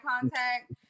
contact